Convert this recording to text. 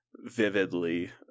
vividly